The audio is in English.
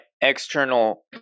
external